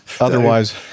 otherwise